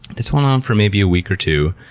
this went on for maybe a week or two,